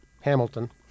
Hamilton